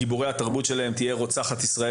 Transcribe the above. נחלת אבותינו.